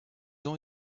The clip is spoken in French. ont